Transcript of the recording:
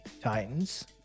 Titans